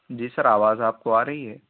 جی sir آواز آپ کو آ رہی ہے